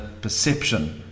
perception